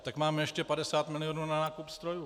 Tak máme ještě 50 milionů na nákup strojů.